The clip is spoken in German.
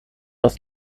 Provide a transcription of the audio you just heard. aus